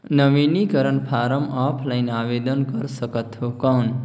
नवीनीकरण form offline आवेदन कर सकत हो कौन?